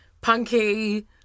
punky